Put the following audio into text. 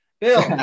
Bill